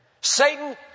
Satan